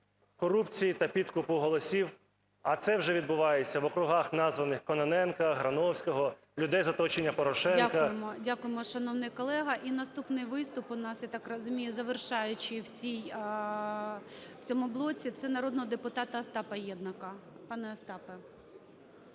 корупції та підкупу голосів, а це вже відбувається в округах, названих Кононенко, Грановського, людей з оточення Порошенка… ГОЛОВУЮЧИЙ. Дякуємо. Дякуємо, шановний колего. І наступний виступ у нас, я так розумію, завершаючий в цьому блоці, це народного депутата Остапа Єднака.